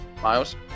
Miles